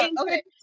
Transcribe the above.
Okay